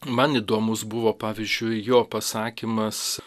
man įdomus buvo pavyzdžiui jo pasakymas